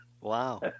Wow